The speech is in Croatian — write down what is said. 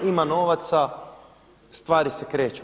Ima novaca, stvari se kreću.